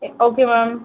okay ma'am